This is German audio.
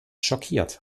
schockiert